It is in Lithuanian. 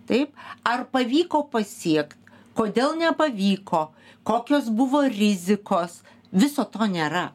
taip ar pavyko pasiekt kodėl nepavyko kokios buvo rizikos viso to nėra